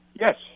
Yes